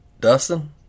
Dustin